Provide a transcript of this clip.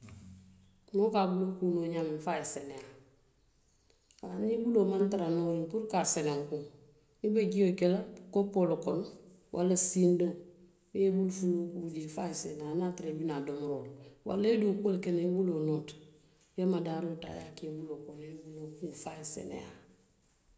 Moo ka a buloo kuu noo ñaamiŋ fo a ye a seneeyaa. Niŋ i buloo maŋ tara nooriŋ puru ka a senenkuŋ, i be jio le keta kopo kono waraŋ siindiŋ i ye bulu fuloo kuu jee fo a ye seneyaa niŋ a ye a tara i naa domoroo le la. Waraŋ i ye dookuo le ke naŋ i buloo noota, i madaaroo taa i ye a ke i buloo kono, i ye i buloo kuu fo a ye seneyaa.